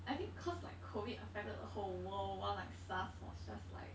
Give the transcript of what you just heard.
I think cause like COVID affected the whole world while like SARS was just like